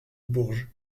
bourges